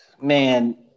man